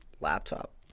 laptop